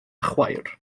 chwaer